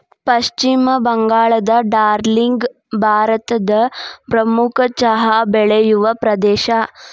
ಪಶ್ಚಿಮ ಬಂಗಾಳದ ಡಾರ್ಜಿಲಿಂಗ್ ಭಾರತದ ಪ್ರಮುಖ ಚಹಾ ಬೆಳೆಯುವ ಪ್ರದೇಶ